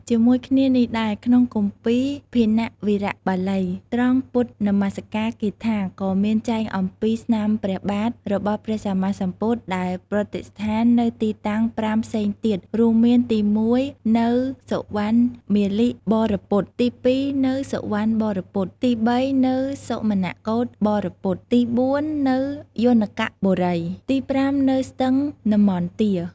ជាមួយគ្នានេះដែរ ក្នុងគម្ពីរ ភាណវារៈបាលី ត្រង់ពុទ្ធនមក្ការគាថា ក៏មានចែងអំពី ស្នាមព្រះបាទ របស់ព្រះសម្មាសម្ពុទ្ធដែលប្រតិស្ថាននៅទីតាំង ៥ ផ្សេងទៀតរួមមានទី១ នៅសុវណ្ណមាលិបរពត ទី២ នៅសុវណ្ណបរពត ទី៣ នៅសុមនកូដបរពត ទី៤ នៅយោនកបុរី ទី៥ នៅស្ទឹងនម្មទា។